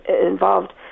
involved